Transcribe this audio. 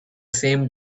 same